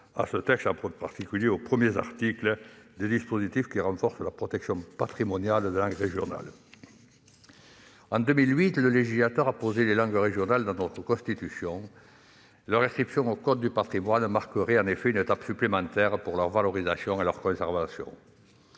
deux premiers articles de ce texte, dont le dispositif renforce la protection patrimoniale des langues régionales. Si, en 2008, le législateur a intégré les langues régionales à notre Constitution, leur inscription au code du patrimoine marquerait en effet une étape supplémentaire pour leur valorisation et leur conservation.